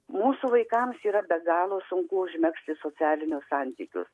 mūsų vaikams yra be galo sunku užmegzti socialinius santykius